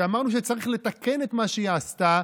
שאמרנו שצריך לתקן את מה שהיא עשתה,